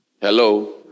Hello